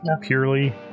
purely